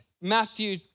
Matthew